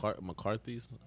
mccarthy's